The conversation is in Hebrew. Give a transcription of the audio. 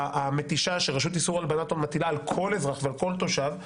המתישה שרשות איסור הלבנת הון מטילה על כל אזרח ועל כל תושב,